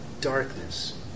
darkness